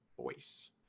voice